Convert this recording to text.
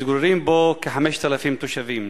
מתגוררים בו כ-5,000 תושבים,